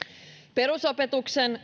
perusopetuksen